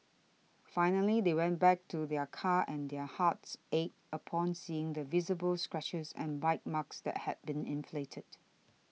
finally they went back to their car and their hearts ached upon seeing the visible scratches and bite marks that had been inflicted